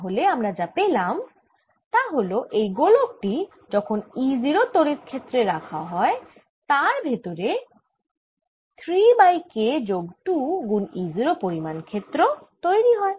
তাহলে আমরা যা পেলাম তা হলে এই গোলক টি যখন E 0 তড়িৎ ক্ষেত্রে রাখা হয় তার ভেতরে 3 বাই K যোগ 2 গুন E 0 পরিমান ক্ষেত্র তৈরি হয়